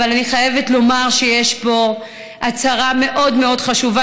אבל אני חייבת לומר שיש פה הצהרה מאוד מאוד חשובה